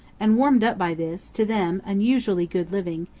and, warmed up by this, to them, unusually good living,